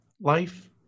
life